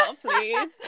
please